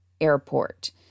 airport